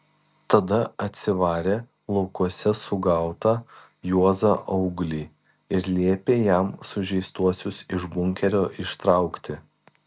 tada atsivarė laukuose sugautą juozą auglį ir liepė jam sužeistuosius iš bunkerio ištraukti